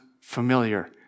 familiar